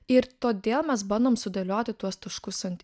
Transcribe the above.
ir todėl mes bandom sudėlioti tuos taškus ant